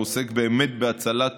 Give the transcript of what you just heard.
הוא עוסק באמת בהצלת